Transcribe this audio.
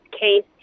case